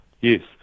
Yes